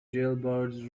jailbirds